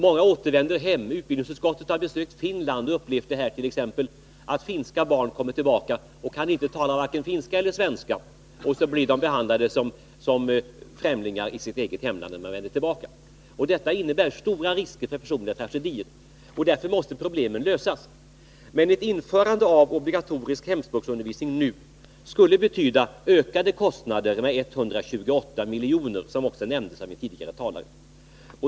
Många återvänder hem — utbildningsutskottet har besökt Finland t.ex. och upplevt att finska barn kommer tillbaka till Finland och talar varken finska eller svenska, och så blir de behandlade som främlingar i sitt eget hemland. Detta innebär stora risker för personliga tragedier, och därför måste problemen lösas. Men ett införande av obligatorisk hemspråksundervisning nu skulle betyda ökade kostnader med 128 miljoner, som också nämndes av en tidigare talare.